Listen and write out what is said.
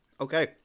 Okay